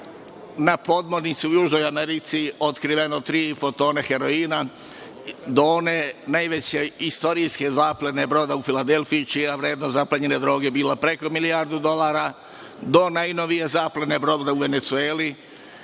na podmornici u Južnoj Americi otkriveno tri i po tone heroina, do one najveće istorijske zaplene broda u Filadelfiji čija je vrednost zaplenjene droge bila preko milijardu dolara do najnovije zaplene broda u Venecueli